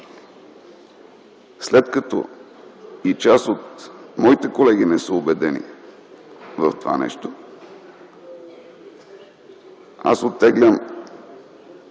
след като и част от моите колеги не са убедени в това нещо, аз оттеглям